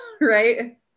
right